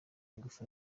ingufu